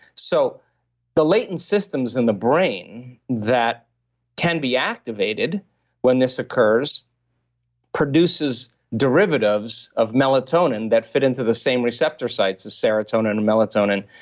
so the latent systems in the brain that can be activated when this occurs produces derivatives of melatonin that fit into the same receptor sites as serotonin and melatonin.